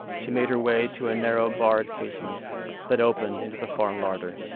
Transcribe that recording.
she made her way to a narrow barred casement that opened into the farm larder.